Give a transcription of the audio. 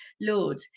Lord